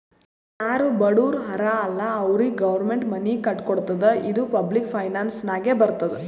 ಯಾರು ಬಡುರ್ ಹರಾ ಅಲ್ಲ ಅವ್ರಿಗ ಗೌರ್ಮೆಂಟ್ ಮನಿ ಕಟ್ಕೊಡ್ತುದ್ ಇದು ಪಬ್ಲಿಕ್ ಫೈನಾನ್ಸ್ ನಾಗೆ ಬರ್ತುದ್